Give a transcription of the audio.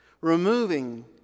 removing